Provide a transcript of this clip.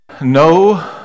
No